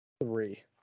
Three